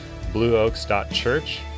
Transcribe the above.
blueoaks.church